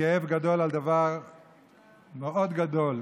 בכאב גדול על דבר מאוד גדול: